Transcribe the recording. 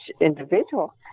individual